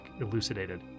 elucidated